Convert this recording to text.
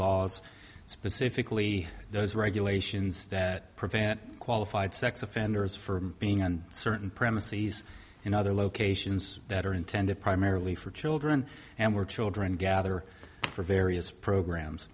laws specifically those regulations that prevent qualified sex offenders from being on certain premises in other locations that are intended primarily for children and were children gather for various programs